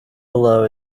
below